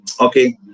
Okay